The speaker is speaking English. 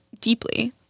deeply